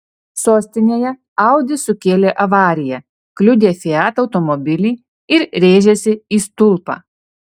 sostinėje audi sukėlė avariją kliudė fiat automobilį ir rėžėsi į stulpą